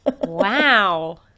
Wow